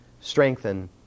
strengthen